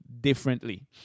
differently